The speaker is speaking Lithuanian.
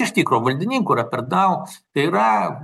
iš tikro valdininkų yra per daug tai yra